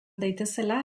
daitezela